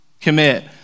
commit